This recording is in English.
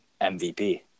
MVP